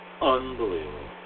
unbelievable